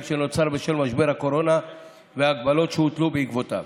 שנוצר בשל משבר הקורונה וההגבלות שהוטלו בעקבותיו